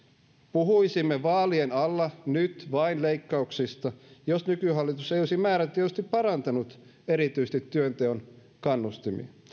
puhuisimme nyt vaalien alla vain leikkauksista jos nykyhallitus ei olisi määrätietoisesti parantanut erityisesti työnteon kannustimia